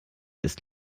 ist